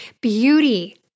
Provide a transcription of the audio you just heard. beauty